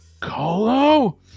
Colo